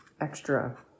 extra